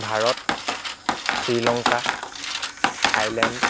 Bharat Sri Lanka Thailand